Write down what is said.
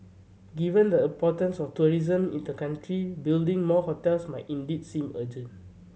given the importance of tourism in the country building more hotels might indeed seem urgent